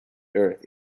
earth